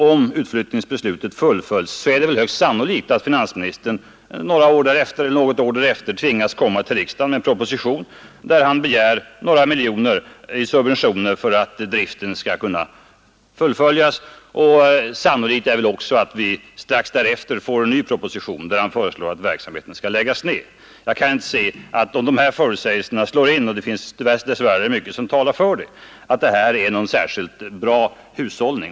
Om utflyttningsbeslutet fullföljs är det högst sannolikt att finansministern något år därefter tvingas komma till riksdagen med en proposition där han begär några miljoner till subventioner för att driften skall kunna fortsättas. Sannolikt är också att vi strax därpå får en ny proposition, där han föreslår att verksamheten skall läggas ner. Om de här förutsägelserna slår in — och det finns dess värre mycket som talar för det — kan jag inte se att det här är någon särskilt bra hushållning.